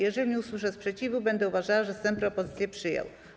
Jeżeli nie usłyszę sprzeciwu, będę uważała, że Sejm propozycję przyjął.